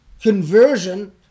conversion